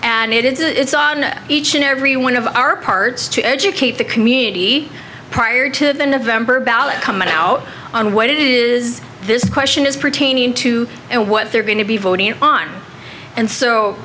and it's on each and every one of our parts to educate the community prior to the november ballot come out on what it is this question is pertaining to what they're going to be voting on and so